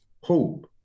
hope